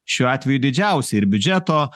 šiuo atveju didžiausia ir biudžeto